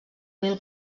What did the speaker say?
mil